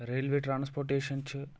railway transportation چھِ